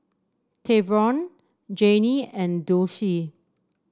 Treyvon Janie and Dulcie